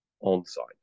on-site